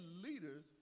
leaders